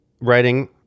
writing